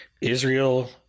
Israel